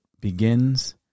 begins